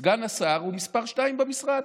סגן השר הוא מספר שתיים במשרד,